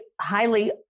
highly